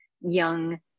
young